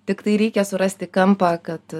tiktai reikia surasti kampą kad